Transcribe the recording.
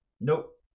Nope